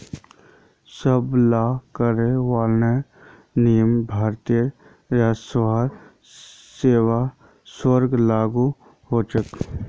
सब ला कर वाला नियम भारतीय राजस्व सेवा स्व लागू होछे